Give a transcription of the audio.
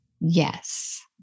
Yes